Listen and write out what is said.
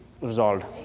resolved